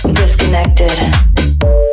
disconnected